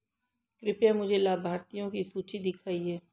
कृपया मुझे लाभार्थियों की सूची दिखाइए